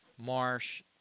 marsh